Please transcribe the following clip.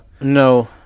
No